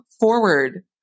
forward